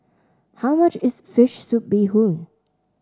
how much is fish soup Bee Hoon